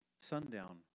sundown